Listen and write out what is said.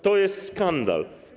To jest skandal.